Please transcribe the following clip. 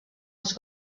els